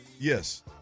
Yes